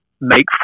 make